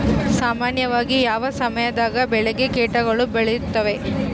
ಸಾಮಾನ್ಯವಾಗಿ ಯಾವ ಸಮಯದಾಗ ಬೆಳೆಗೆ ಕೇಟಗಳು ಬೇಳುತ್ತವೆ?